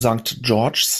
george’s